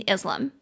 Islam